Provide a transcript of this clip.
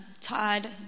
Todd